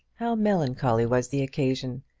how melancholy was the occasion,